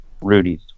Rudy's